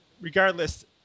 regardless